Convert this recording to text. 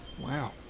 Wow